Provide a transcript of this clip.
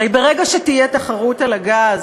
הרי ברגע שתהיה תחרות על הגז,